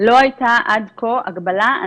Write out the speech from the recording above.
לא הייתה עד כה הגבלה.